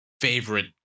favorite